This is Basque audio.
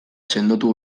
sendotu